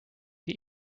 die